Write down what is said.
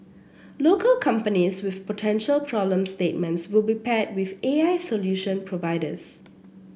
local companies with potential problem statements will be paired with A I solution providers